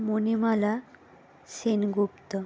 Manimala Sengupta